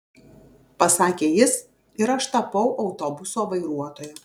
pasakė jis ir aš tapau autobuso vairuotoja